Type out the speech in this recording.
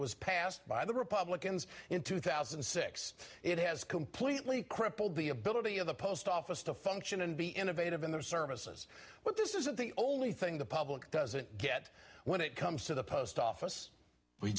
was passed by the republicans in two thousand and six it has completely crippled the ability of the post office to function and be innovative in their services but this isn't the only thing the public doesn't get when it comes to the post office we